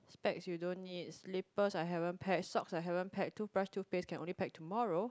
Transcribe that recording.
specs you don't need slippers I haven't packed socks I haven't packed toothbrush toothpaste can only pack tomorrow